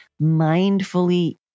mindfully